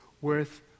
worth